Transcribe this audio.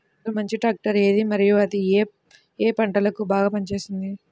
అసలు మంచి ట్రాక్టర్ ఏది మరియు అది ఏ ఏ పంటలకు బాగా పని చేస్తుంది?